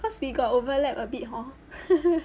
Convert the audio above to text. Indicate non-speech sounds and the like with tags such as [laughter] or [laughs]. cause we got overlap a bit hor [laughs]